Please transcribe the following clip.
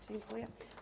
Dziękuję.